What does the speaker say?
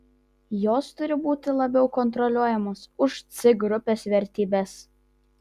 jos turi būti labiau kontroliuojamos už c grupės vertybes